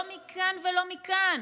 לא מכאן ולא מכאן,